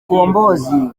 mkombozi